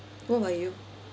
what about you